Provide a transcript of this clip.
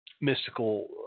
mystical